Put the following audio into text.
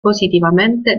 positivamente